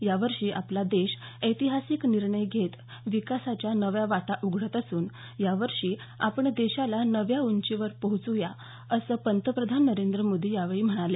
या वर्षी आपला देश ऐतिहासिक निर्णय घेत विकासाच्या नव्या वाटा उघडत असून याच वर्षी आपण देशाला नव्या उंचीवर पोहचवू या असं पंतप्रधान मोदी यावेळी म्हणाले